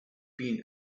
been